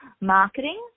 marketing